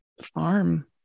farm